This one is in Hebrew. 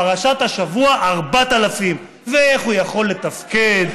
פרשת השבוע: 4000. ואיך הוא יכול לתפקד,